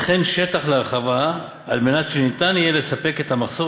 וכן שטח להרחבה על מנת שניתן יהיה לספק את המחסור